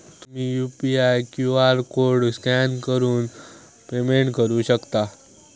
तुम्ही UPI QR code scan करान payment करू शकता